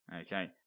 Okay